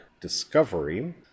Discovery